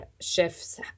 shifts